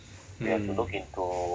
mm